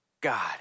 God